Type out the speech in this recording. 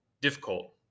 difficult